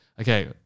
okay